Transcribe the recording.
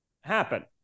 happen